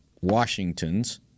Washingtons